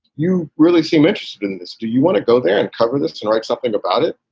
you really seem interested in this. do you want to go there and cover this and write something about it?